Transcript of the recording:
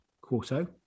Quarto